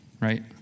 right